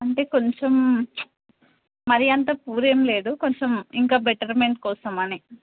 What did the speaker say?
అంటే కొంచెం మరీ అంత పూర్ ఏమీ లేదు కొంచెం ఇంకా బెటర్మెంట్ కోసమని